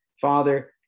Father